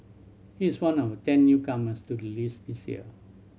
he is one of ten newcomers to the list this year